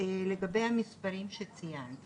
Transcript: לגבי המספרים שציינת